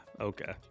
Okay